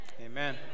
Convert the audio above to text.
Amen